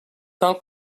tal